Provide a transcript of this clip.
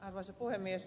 arvoisa puhemies